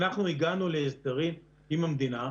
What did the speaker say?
אנחנו הגענו להסדרים עם המדינה,